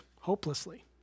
hopelessly